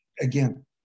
again